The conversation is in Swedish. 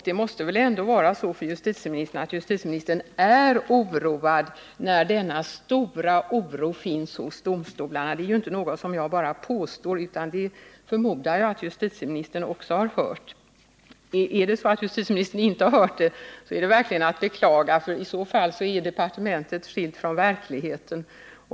Det måste väl vara så, att justitieministern själv är oroad, då denna stora oro finns vid domstolarna. Detta är ju inte något som jag bara påstår, utan jag förmodar att även justitieministern har hört talas om det. Har justitieministern inte hört någonting om den här saken, är det verkligen att beklaga, ty i så fall är departementet skilt från verkligheten.